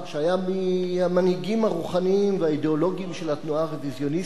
הוא היה מהמנהיגים הרוחניים והאידיאולוגיים של התנועה הרוויזיוניסטית,